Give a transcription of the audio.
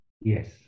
Yes